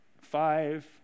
Five